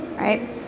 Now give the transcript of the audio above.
right